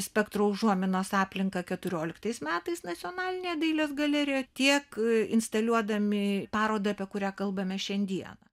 spektro užuominos aplinką keturioliktais metais nacionalinėje dailės galerijoje tiek instaliuodami parodą apie kurią kalbame šiandieną